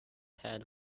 head